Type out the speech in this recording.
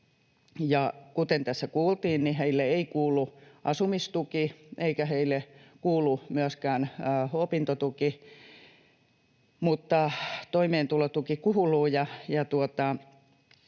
kuten tässä kuultiin, heille ei kuulu asumistuki eikä heille kuulu myöskään opintotuki, mutta toimeentulotuki kuuluu,